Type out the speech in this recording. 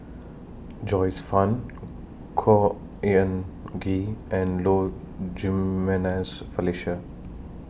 Joyce fan Khor Ean Ghee and Low Jimenez Felicia